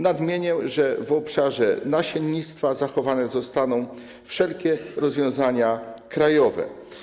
Nadmienię, że w obszarze nasiennictwa zachowane zostaną wszelkie rozwiązania krajowe.